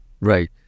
Right